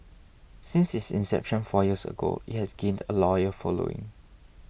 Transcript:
since its inception four years ago it has gained a loyal following